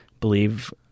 believe